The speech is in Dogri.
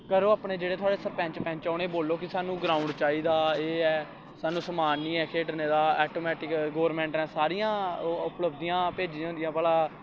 करो अपने जेह्ड़े थुआढ़े सरपैंच पैंच न उ'नें गी बोलो कि सानूं ग्राउंड चाहिदा एह् ऐ सानूं समान निं ऐ खेढने दा ऐटोमैटिक गौरमैंट नै सारियां उपलभदियां भेजी दियां होंदियां भला